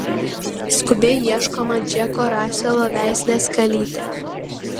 skubiai ieškoma džeko raselo veislės kalytė